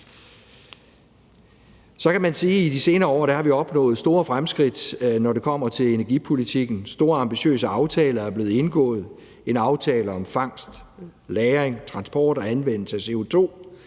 i de senere år har vi opnået store fremskridt, når det kommer til energipolitikken. Store, ambitiøse aftaler er blevet indgået: en aftale om fangst, lagring, transport og anvendelse af CO2,